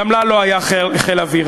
גם לה לא היה חיל אוויר.